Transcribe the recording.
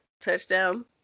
touchdown